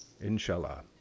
Inshallah